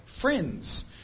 friends